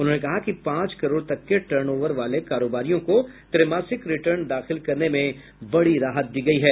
उन्होंने कहा कि पांच करोड़ तक के टर्न ओवर वाले कारोबारियों को त्रैमासिक रिटर्न दाखिल करने में बड़ी राहत दी गयी है